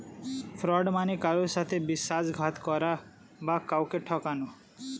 fraud মানে কারুর সাথে বিশ্বাসঘাতকতা করা বা কাউকে ঠকানো